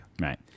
Right